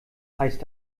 heißt